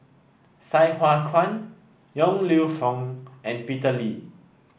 Sai Hua Kuan Yong Lew Foong and Peter Lee